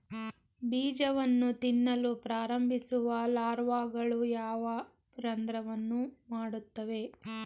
ಬೀಜವನ್ನು ತಿನ್ನಲು ಪ್ರಾರಂಭಿಸುವ ಲಾರ್ವಾಗಳು ಯಾವ ರಂಧ್ರವನ್ನು ಮಾಡುತ್ತವೆ?